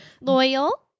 loyal